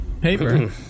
paper